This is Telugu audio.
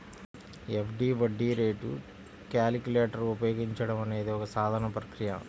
ఎఫ్.డి వడ్డీ రేటు క్యాలిక్యులేటర్ ఉపయోగించడం అనేది ఒక సాధారణ ప్రక్రియ